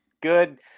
good